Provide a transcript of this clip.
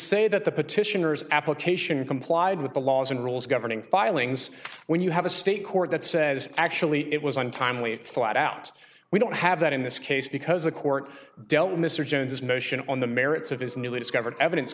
say that the petitioners application complied with the laws and rules governing filings when you have a state court that says actually it was untimely it flat out we don't have that in this case because the court dealt mr jones's motion on the merits of his newly discovered evidence